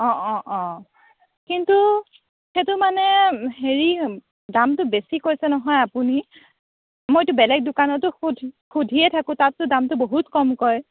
অ অ অ কিন্তু সেইটো মানে হেৰি দামটো বেছি কৈছে নহয় আপুনি মইতো বেলেগ দোকানতো সুধি সুধিয়ে থাকোঁ তাততো দামটো বহুত কম কয়